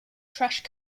trash